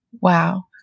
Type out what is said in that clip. Wow